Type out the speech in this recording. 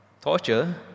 torture